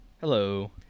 Hello